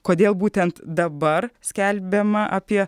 kodėl būtent dabar skelbiama apie